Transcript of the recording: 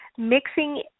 Mixing